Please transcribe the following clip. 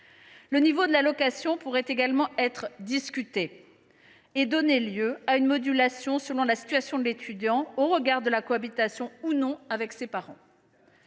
Le niveau de l’allocation pourrait également être discuté et donner lieu à une modulation selon la situation de l’étudiant au regard de la cohabitation ou non avec ses parents.